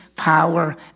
Power